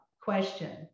question